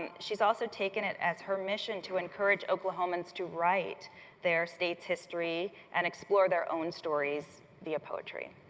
and she's also taken it as her mission to encourage oklahomans to write their states history and explore their own stories via poetry.